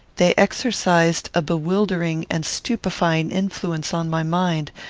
they exercised a bewildering and stupefying influence on my mind,